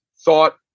thought